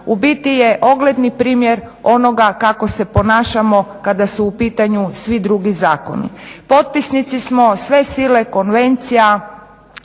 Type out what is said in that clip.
u biti je ogledni primjer onoga kako se ponašamo kada su u pitanju svi drugi zakoni. Potpisnici smo sve sile konvencija,